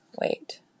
Wait